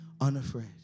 unafraid